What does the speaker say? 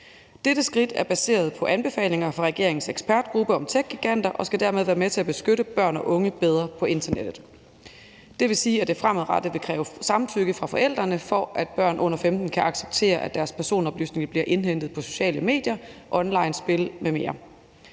Dette skridt er baseret på anbefalinger fra regeringens ekspertgruppe om techgiganter, og det skal dermed være med til at beskytte børn og unge bedre på internettet. Det vil sige, at det fremadrettet vil kræve samtykke fra forældrene, for at børn under 15 år kan acceptere, at deres personoplysninger bliver indhentet på sociale medier, onlinespil m.m.